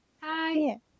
Hi